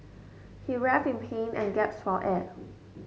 he writhed in pain and for air